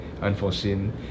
unforeseen